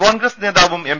കോൺഗ്രസ് നേതാവും എം